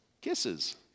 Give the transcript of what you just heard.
Kisses